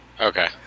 okay